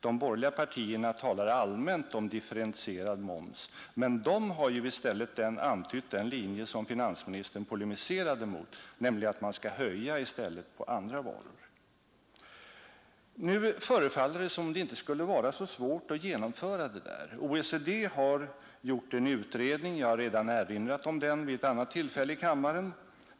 De borgerliga partierna talar allmänt om differentierad moms och har då antytt den linje som finansministern polemiserade mot, nämligen att man i stället skall höja momsen på andra varor. Nu förefaller det inte vara så svårt att genomföra det där. OECD har gjort en utredning — jag har redan erinrat om den vid ett annat tillfälle i kammaren.